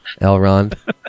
Elrond